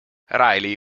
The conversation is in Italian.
riley